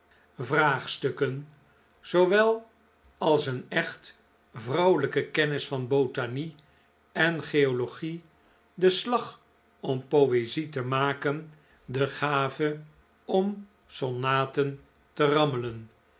vraagstukken zoowel als een edit vrouwelijke kennis van botanie en geologic de slag om poezie te maken de gave om sonaten te rammelen